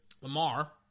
Lamar